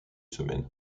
semaines